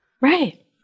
Right